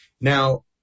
Now